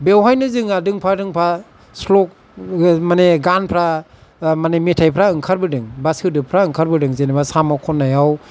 बेयावहायनो जोंहा दोंफा दोंफा स्लक माने गानफोरा माने मेथाइफोरा ओंखारबोदों बा सोदोबफोरा ओंखारबोदों जेनेबा साम' खन्नायाव